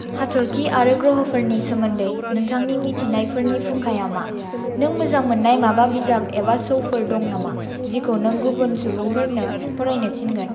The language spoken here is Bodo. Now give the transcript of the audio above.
हाथरखि आरो ग्रहफोरनि सोमोन्दै नोंथांनि मिथिनायफोरनि फुंखाया मा नों मोजां मोननाय बिजाब एबा शफोर दं नामा जिखौ नों गुबुन सुबुंफोरनो फरायनो थिनगोन